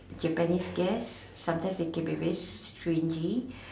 Japanese guest sometimes they can be very stringy